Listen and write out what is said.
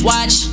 Watch